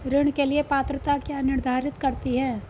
ऋण के लिए पात्रता क्या निर्धारित करती है?